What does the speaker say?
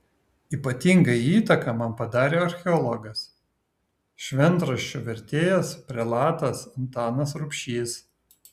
ypatingą įtaką man padarė archeologas šventraščio vertėjas prelatas antanas rubšys